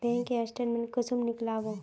Bank के statement कुंसम नीकलावो?